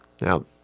Now